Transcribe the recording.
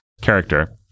character